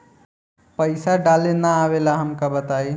पईसा डाले ना आवेला हमका बताई?